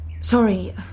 Sorry